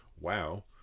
wow